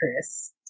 Chris